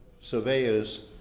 surveyor's